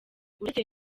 uretse